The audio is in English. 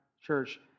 church